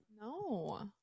No